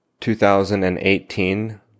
2018